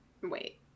Wait